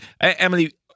Emily